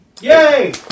Yay